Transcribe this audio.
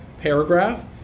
paragraph